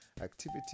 activity